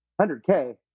100K